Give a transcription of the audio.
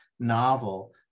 novel